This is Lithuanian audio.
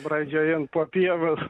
braidžiojant po pievas